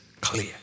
clear